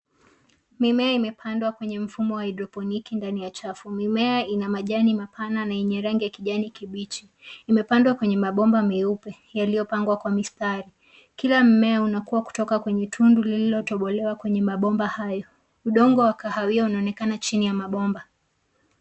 Mimea imepandwa kwenye mfumo wa haidroponiki ndani ya chafu. Mimea ina majani mapana na yenye rangi ya kijani kibichi. Imepandwa kwenye mabomba meupe yaliyopangwa kwa mistari. Kila mmea unakua kwenye tundu lililotobolewa kwenye mabomba hayo. Udongo wa kahawia unaonekana chini ya mabomba.